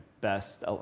best